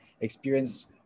experience